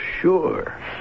sure